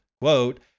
Quote